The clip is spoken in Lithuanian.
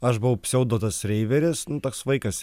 aš buvau pseudo tas reiveris nu toks vaikas